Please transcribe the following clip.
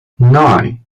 nine